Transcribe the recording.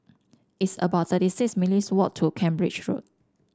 it's about thirty six minutes' walk to Cambridge Road